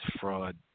fraud